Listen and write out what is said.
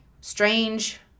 strange